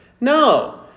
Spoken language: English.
No